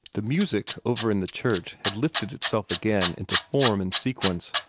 the music over in the church had lifted itself again into form and sequence,